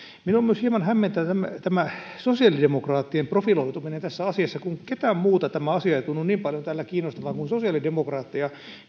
minua myös hieman hämmentää tämä tämä sosiaalidemokraattien profiloituminen tässä asiassa kun ketään muuta tämä asia ei tunnu niin paljon täällä kiinnostavan kuin sosiaalidemokraatteja